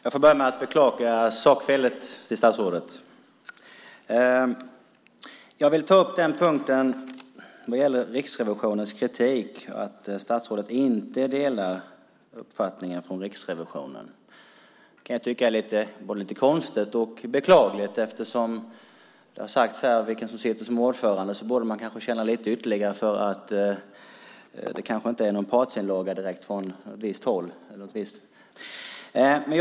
Herr talman! Jag börjar med att beklaga sakfelet till statsrådet. Vad gäller Riksrevisionens kritik tycker jag att det är lite konstigt och beklagligt att statsrådet inte delar Riksrevisionens uppfattning. Det har sagts vilka som sitter som ordförande, och då borde man kanske känna att detta inte är någon partsinlaga från något visst håll där partivindarna blåser.